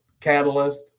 catalyst